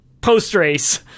post-race